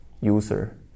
user